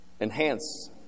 enhance